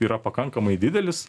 yra pakankamai didelis